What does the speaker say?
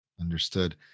Understood